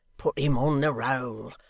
put him on the roll.